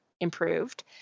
improved